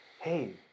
hey